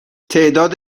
تعداد